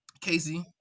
Casey